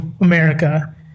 America